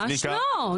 ממש לא.